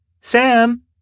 Sam